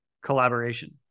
collaboration